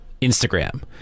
Instagram